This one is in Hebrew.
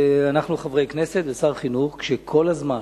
ואנחנו חברי כנסת ושר חינוך שכל הזמן,